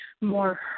more